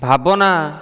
ଭାବନା